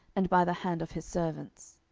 and by the hand of his servants.